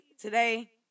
today